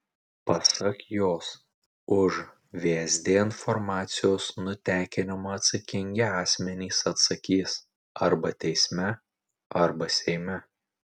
pasak jos už vsd informacijos nutekinimą atsakingi asmenys atsakys arba teisme arba seime